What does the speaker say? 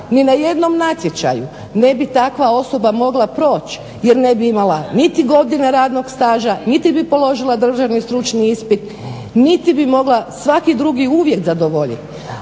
Ni na jednom natječaju ne bi takva osoba mogla proći jer ne bi imala niti godine radnog staža, niti bi položila državni stručni ispit, niti bi mogla svaki drugi uvjet zadovoljiti.